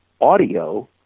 audio